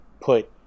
put